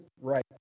right